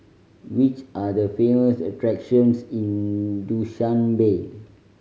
which are the famous attractions in Dushanbe